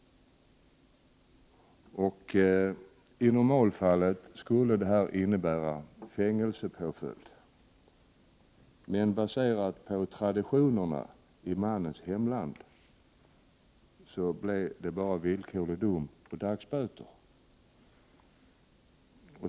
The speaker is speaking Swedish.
I normalfallet skulle detta innebära fängelsepåföljd. Baserat på traditionerna i mannens hemland blev dock utslaget bara villkorlig dom och dagsböter.